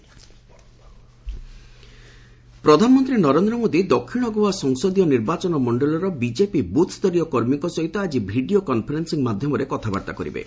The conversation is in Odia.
ପିଏମ୍ ଗୋଆ ପ୍ରଧାନମନ୍ତ୍ରୀ ନରେନ୍ଦ୍ର ମୋଦି ଦକ୍ଷିଣ ଗୋଆ ସଂସଦୀୟ ନିର୍ବାଚନ ମଣ୍ଡଳୀର ବିଜେପି ବୃଥ୍ ସ୍ତରୀୟ କର୍ମୀଙ୍କ ସହିତ ଆଜି ଭିଡ଼ିଓ କନ୍ଫରେନ୍ଦିଂ ମାଧ୍ୟମରେ କଥାବାର୍ଭା କରିବେ